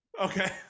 Okay